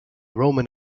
roman